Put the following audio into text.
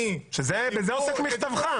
אני -- שבזה עוסק מכתבך.